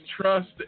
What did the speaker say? trust